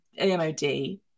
AMOD